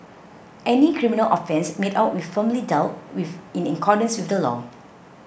any criminal offence made out will firmly dealt with in accordance with the law